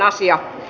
asia